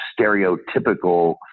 stereotypical